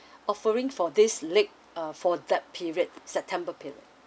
offering for this leg uh for that period september period